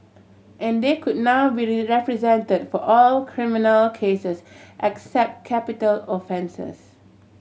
and they could now be represented for all criminal cases except capital offences